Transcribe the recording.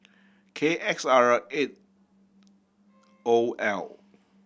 K X R eight O L